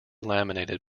laminated